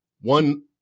one